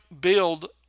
build